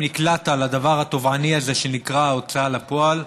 אם נקלעת לדבר הטובעני הזה שנקרא ההוצאה לפועל,